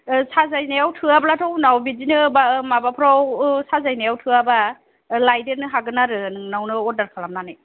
साजायनायाव थोआब्लाथ' उनाव बिदिनो माबाफ्राव साजायनायाव थोआब्ला लायदेरनो हागोन आरो नोंनावनो अर्दार खालामनानै